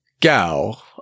Gao